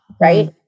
right